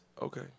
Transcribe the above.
Okay